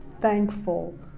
thankful